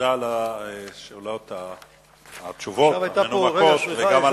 תודה על התשובות המנומקות.